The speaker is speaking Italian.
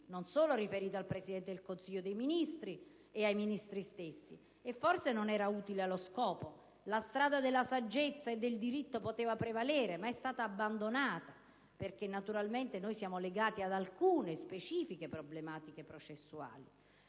non solo riferita al Presidente del Consiglio dei ministri ed ai Ministri stessi. E forse non sarebbe stata utile allo scopo. La strada della saggezza e del diritto poteva prevalere, ma è stata abbandonata perché naturalmente noi siamo legati ad alcune, specifiche problematiche processuali.